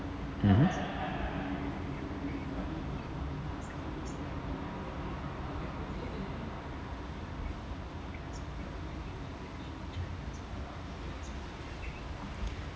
mmhmm